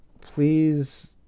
please